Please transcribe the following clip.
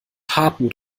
hartmut